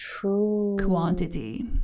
quantity